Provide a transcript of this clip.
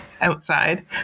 outside